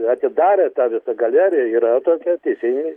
atidarė tą visą galeriją yra tokia teisingai